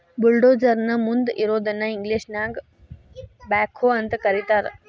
bulldozer ನ ಮುಂದ್ ಇರೋದನ್ನ ಇಂಗ್ಲೇಷನ್ಯಾಗ ಬ್ಯಾಕ್ಹೊ ಅಂತ ಕರಿತಾರ್